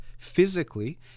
physically